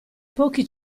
pochi